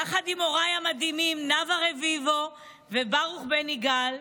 יחד עם הוריי המדהימים נאוה רביבו וברוך בן יגאל,